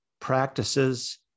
practices